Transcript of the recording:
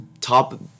top